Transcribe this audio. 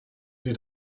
sie